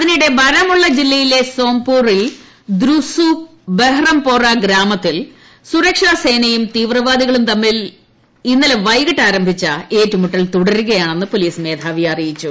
അതിനിടെ ബാരാമുള്ള ജില്ലയിലെ സോംപൂറിൽ ദ്രുസു ബഹ്റംപോറ ഗ്രാമത്തിൽ സുരക്ഷാസേനയും തീവ്രവാദികളും തമ്മിൽ ഇന്നലെ വൈകിട്ട് ആരംഭിച്ച ഏറ്റുമുട്ടൽ തുടരുകയാണ്ടെന്ന് പൊലീസ് മേധാവി പറഞ്ഞു